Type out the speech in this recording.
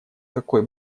какой